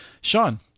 Sean